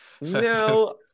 no